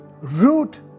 root